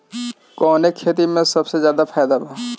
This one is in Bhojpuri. कवने खेती में सबसे ज्यादा फायदा बा?